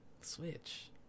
Switch